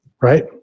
right